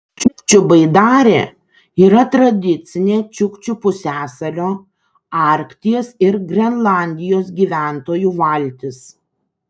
čiukčių baidarė yra tradicinė čiukčių pusiasalio arkties ir grenlandijos gyventojų valtis